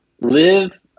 live